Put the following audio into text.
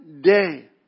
day